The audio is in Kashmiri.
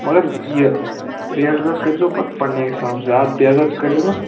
مَگر یہِ ریٚٹ ویٚٹ کٔرۍزیٚو پَتہٕ پَنٕنے حِساب زیادٕ تعداد تہِ کٔرۍزیٚو نہٕ